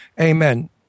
Amen